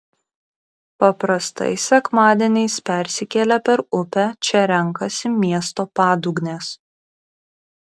paprastai sekmadieniais persikėlę per upę čia renkasi miesto padugnės